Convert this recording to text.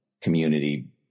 community